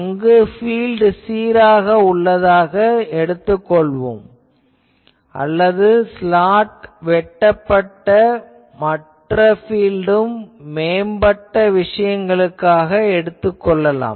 அங்கு ஃபீல்ட் சீராக உள்ளதாக எடுத்துக் கொள்வோம் அல்லது ஸ்லாட் வெட்டப்பட்ட மற்ற ஃபீல்ட்டும் மேம்பட்ட விஷயங்களுக்கு எடுத்துக் கொள்ளலாம்